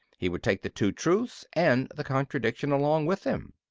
he would take the two truths and the contradiction along with them.